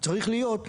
סליחה שאני אומרת.